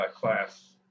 class